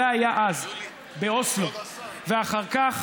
זה היה אז, באוסלו, ואחר כך